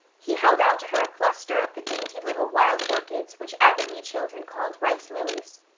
he held out to her a cluster of the dainty little wild orchids which avonlea children called rice lillies.